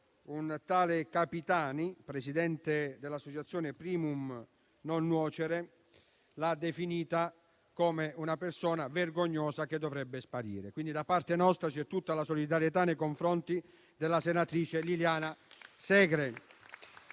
un tale Capitani, presidente dell'associazione "Primum non nocere", l'ha definita come una persona vergognosa che dovrebbe sparire. Da parte nostra c'è tutta la solidarietà nei confronti della senatrice Liliana Segre.